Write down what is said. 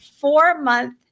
four-month